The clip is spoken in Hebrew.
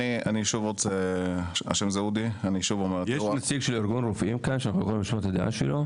האם יש כאן נציג של ארגון הרופאים שאנחנו יכולים לשאול את הדעה שלו?